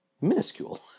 minuscule